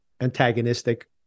antagonistic